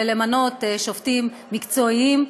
ולמנות שופטים מקצועיים,